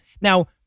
now